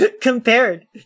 Compared